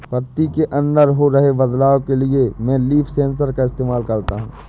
पत्ती के अंदर हो रहे बदलाव के लिए मैं लीफ सेंसर का इस्तेमाल करता हूँ